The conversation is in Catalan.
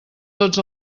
tots